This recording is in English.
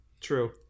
True